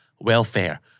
welfare